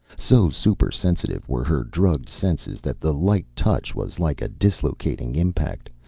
so supersensitive were her drugged senses, that the light touch was like a dislocating impact,